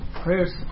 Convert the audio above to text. Prayers